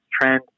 trend